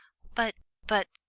but but,